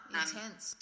intense